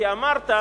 כי אמרת,